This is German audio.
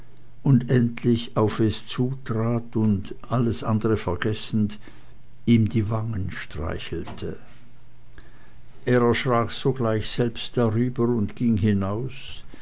und endlich auf es zutrat und alles andere vergessend ihm die wangen streichelte er erschrak sogleich selbst darüber und ging hinaus